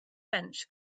bench